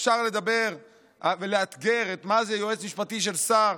אפשר לדבר ולאתגר מה זה יועץ משפטי של שר,